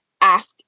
ask